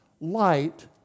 Light